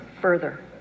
further